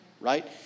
right